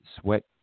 Sweat